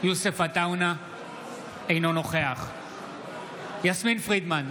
אינו נוכח יסמין פרידמן,